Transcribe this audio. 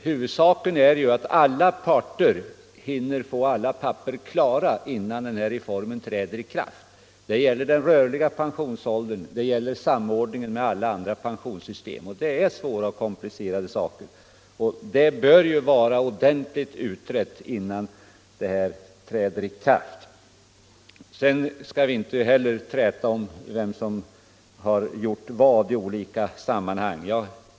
Huvudsaken är ju att alla parter hinner få alla papper klara; det gäller den rörliga pensionsåldern, det gäller samordningen med alla andra pensionssystem, och det är komplicerade saker som bör vara ordentligt utredda innan reformen går i verkställighet. Vi skall inte heller träta om vem som har gjort vad i olika sammanhang.